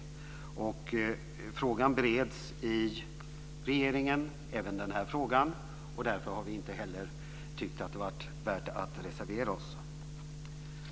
Även den här frågan bereds i regeringen, och därför har vi inte heller tyckt att det var värt att reservera oss.